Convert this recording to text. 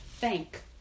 Thank